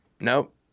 nope